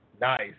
Nice